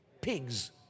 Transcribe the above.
pigs